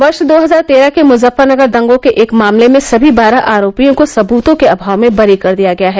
वर्ष दो हजार तेरह के मुजफ्फरनगर दंगों के एक मामले में सभी बारह आरोपियों को सबूतों के अभाव में बरी कर दिया गया है